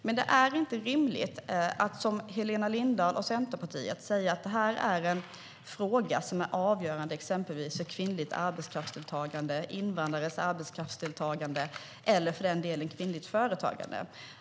Men det är inte rimligt att, som Helena Lindahl och Centerpartiet gör, säga att det här är en fråga som är avgörande exempelvis för kvinnligt arbetskraftsdeltagande, invandrares arbetskraftsdeltagande eller, för den delen, kvinnligt företagande.